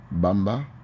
Bamba